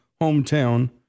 hometown